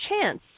chance